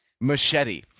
Machete